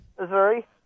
Missouri